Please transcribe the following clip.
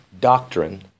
doctrine